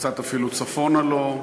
קצת אפילו צפונה לו,